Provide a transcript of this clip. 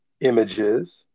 images